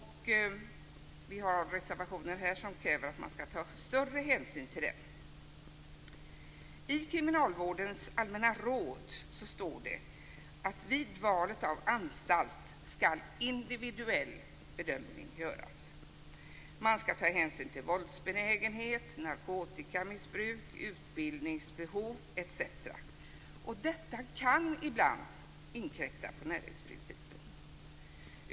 Här finns reservationer som kräver att man skall ta större hänsyn till den. I kriminalvårdens allmänna råd står det att vid valet av anstalt skall individuell bedömning göras. Man skall ta hänsyn till våldsbenägenhet, narkotikamissbruk, utbildningsbehov, etc. Detta kan ibland inkräkta på närhetsprincipen.